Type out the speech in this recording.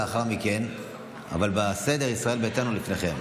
הלכו בשלום, מי ייתן וישובו כולם בריאים